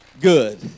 good